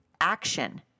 action